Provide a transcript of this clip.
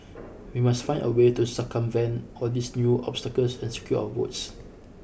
we must find a way to circumvent all these new obstacles and secure our votes